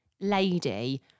lady